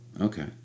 okay